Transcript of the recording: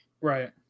Right